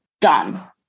done